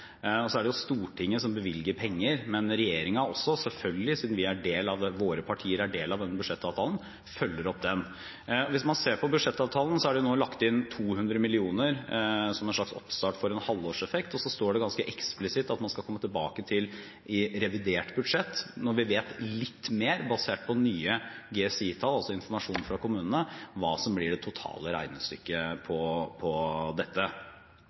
Det er Stortinget som bevilger penger, men regjeringen følger opp denne budsjettavtalen – selvfølgelig, siden våre partier er en del av den. Hvis man ser på budsjettavtalen, er det nå lagt inn 200 mill. kr som en slags oppstart for en halvårseffekt, og så står det ganske eksplisitt at man skal komme tilbake til dette i revidert budsjett når vi vet litt mer, basert på nye GSI-tall – altså informasjon fra kommunene – om hva som blir det totale regnestykket for dette. Det er jo i og for seg bra at Arbeiderpartiet vil gratulere med dette,